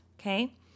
Okay